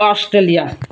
Australia